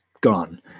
gone